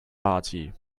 party